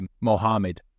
Mohammed